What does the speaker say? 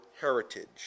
heritage